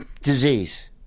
Disease